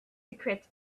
secrets